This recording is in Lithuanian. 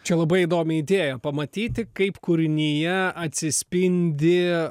čia labai įdomi idėja pamatyti kaip kūrinyje atsispindi